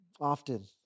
often